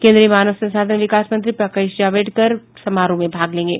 केन्द्रीय मानव संसाधन विकास मंत्री प्रकाश जावड़ेकर समारोह में भाग लेंगे